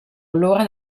allora